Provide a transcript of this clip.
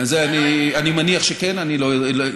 אני מניח שכן, אתה לא יודע.